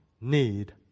need